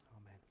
amen